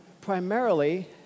primarily